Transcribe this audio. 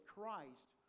Christ